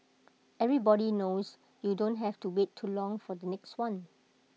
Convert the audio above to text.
everybody knows you don't have to wait too long for the next one